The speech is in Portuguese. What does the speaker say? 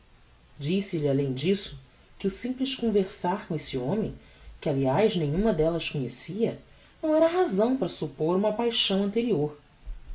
disse-lhe além disso que o simples conversar com esse homem que aliás nenhuma delias conhecia não era razão para suppor uma paixão anterior